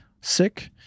sick